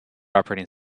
operating